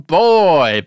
boy